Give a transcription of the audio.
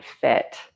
fit